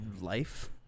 life